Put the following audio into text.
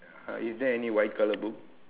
uh is there any white colour book